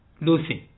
losing